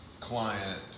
client